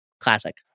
Classic